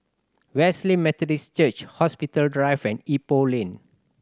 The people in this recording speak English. Wesley Methodist Church Hospital Drive and Ipoh Lane